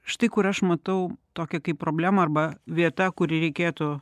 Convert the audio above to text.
štai kur aš matau tokią kaip problemą arba vieta kurį reikėtų